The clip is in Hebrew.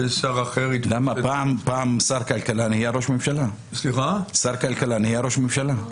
ושר אחר יתפוס את --- פעם שר הכלכלה נהיה ראש ממשלה.